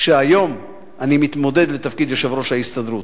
שהיום אני מתמודד לתפקיד יושב-ראש ההסתדרות.